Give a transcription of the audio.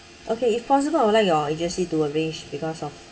okay if possible I would like your agency to arrange because of